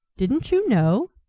didn't you know?